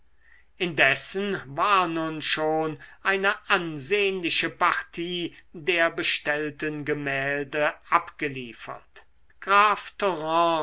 indessen war nun schon eine ansehnliche partie der bestellten gemälde abgeliefert